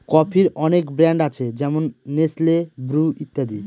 কফির অনেক ব্র্যান্ড আছে যেমন নেসলে, ব্রু ইত্যাদি